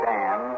Dan